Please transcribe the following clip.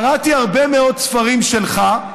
אדוני ראש הממשלה: קראתי הרבה מאוד ספרים שלך,